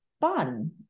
fun